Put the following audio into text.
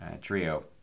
Trio